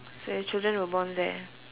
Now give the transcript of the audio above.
so your children were born there